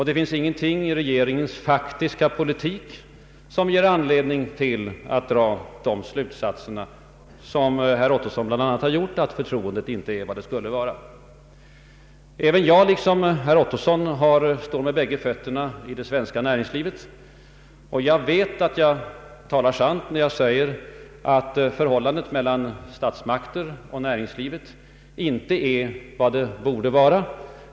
Det finns inte någonting — menade han — i regeringens faktiska politik som ger anledning att dra de slutsatser som herr Ottczson dragit, nämligen att förtroendet inte är vad det skulle vara. Herr talman! Jag står liksom herr Ottosson med båda fötterna i det svenska näringslivet. Jag vet att jag talar sant när jag säger att förhållandet mellan statsmakterna och näringslivet inte är vad det borde vara.